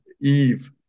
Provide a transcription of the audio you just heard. Eve